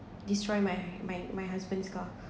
destroy my my my husband's car